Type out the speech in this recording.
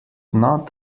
not